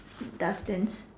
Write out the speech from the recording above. dustbins